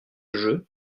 jeu